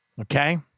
Okay